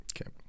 Okay